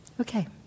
Okay